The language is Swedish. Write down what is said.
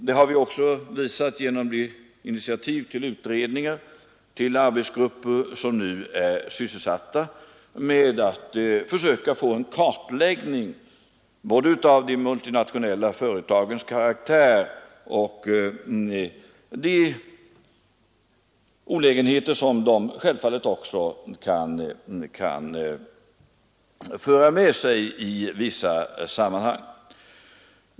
Det har vi ju också visat genom de initiativ vi tagit till utredningar och arbetsgrupper, som nu sysslar med att försöka åstadkomma en kartläggning av både de multinationella företagens karaktär och de olägenheter som sådana företag i vissa sammanhang självfallet kan föra med sig.